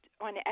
on